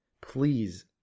please